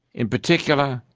in particular,